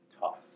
tough